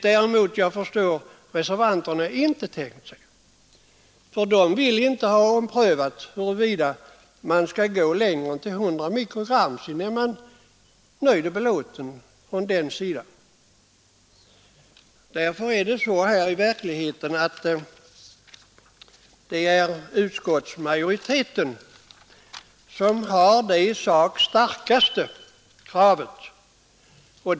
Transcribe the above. Det hjälper inte att man importerar så låghaltiga produkter som föreslås i reservationen.